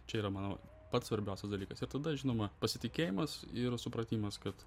čia yra manau pats svarbiausias dalykas ir tada žinoma pasitikėjimas ir supratimas kad